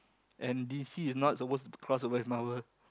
and d_c is not supposed to cross over with Marvel